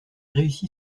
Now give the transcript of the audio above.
réussi